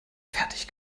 fertig